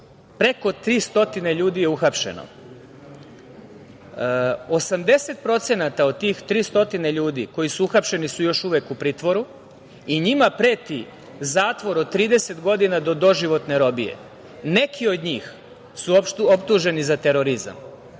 Preko 300 ljudi je uhapšeno, 80% od tih 300 ljudi koji su uhapšeni su još uvek u pritvoru i njima preti zatvor od 30 godina do doživotne robije. Neki od njih su optuženi za terorizam. Mi